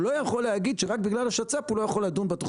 הוא לא יכול להגיד שרק בגלל השצ"פ הוא לא יכול לדון בתוכנית.